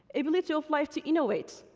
ability of life to innovate,